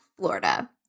Florida